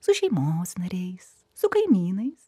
su šeimos nariais su kaimynais